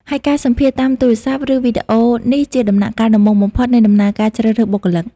ហើយការសម្ភាសន៍តាមទូរស័ព្ទ ឬវីដេអូនេះជាដំណាក់កាលដំបូងបំផុតនៃដំណើរការជ្រើសរើសបុគ្គលិក។